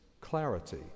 clarity